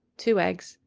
two eggs,